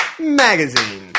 Magazine